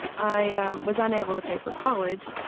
i, ah, was unable to pay for college,